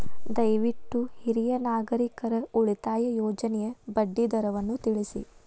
ದಯವಿಟ್ಟು ಹಿರಿಯ ನಾಗರಿಕರ ಉಳಿತಾಯ ಯೋಜನೆಯ ಬಡ್ಡಿ ದರವನ್ನು ತಿಳಿಸಿ